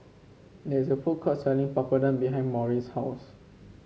there is a food court selling Papadum behind Morris' house